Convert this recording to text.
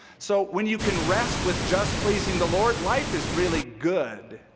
so when you can rest with just pleasing the lord, life is really good.